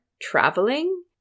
traveling